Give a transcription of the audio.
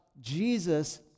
Jesus